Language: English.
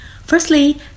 Firstly